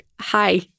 hi